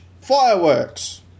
fireworks